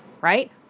right